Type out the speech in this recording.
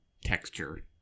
texture